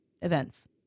events